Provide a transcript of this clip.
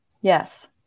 Yes